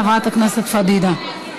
חברת הכנסת פדידה,